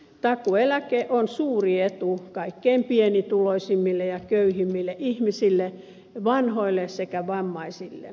takuueläke on suuri etu kaikkein pienituloisimmille ja köyhimmille ihmisille vanhoille sekä vammaisille